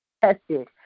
tested